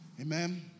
Amen